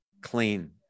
clean